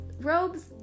robes